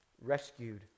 rescued